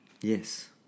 Yes